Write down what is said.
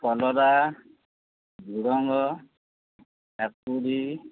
କଲରା ଝୁଡ଼ଙ୍ଗ କାକୁଡ଼ି